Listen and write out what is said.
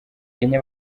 kenya